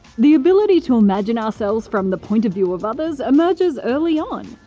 the ability to imagine ourselves from the point of view of others emerges early on.